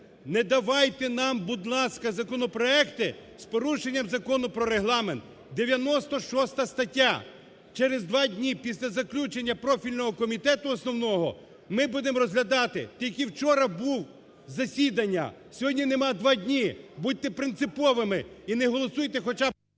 "Не давайте нам, будь ласка, законопроекти з порушенням Закону про Регламент, 96 стаття". Через два дні після заключення профільного комітету основного ми будемо розглядати. Тільки вчора було засідання, сьогодні немає два дні, будьте принциповими і не голосуйте хоча б…